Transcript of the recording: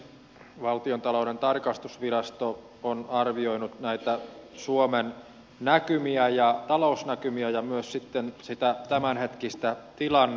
valtiontalouden tarkastusvirasto on arvioinut näitä suomen talousnäkymiä ja myös sitten sitä tämänhetkistä tilannetta